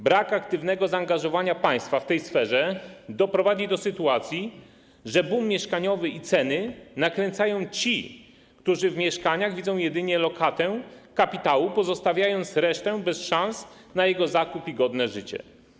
Brak aktywnego zaangażowania państwa w tej sferze doprowadził do sytuacji, że boom mieszkaniowy i ceny nakręcają ci, którzy w mieszkaniach widzą jedynie lokatę kapitału, pozostawiając resztę bez szans na jego zakup i godne życie.